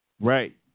Right